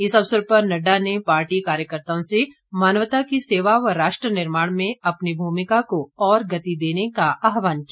इस अवसर पर नड्डा ने पार्टी कार्यकर्ताओं से मानवता की सेवा व राष्ट्र निर्माण में अपनी भूमिका को और गति देने का आहवान किया